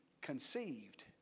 conceived